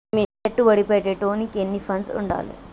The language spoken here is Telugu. పెట్టుబడి పెట్టేటోనికి ఎన్ని ఫండ్స్ ఉండాలే?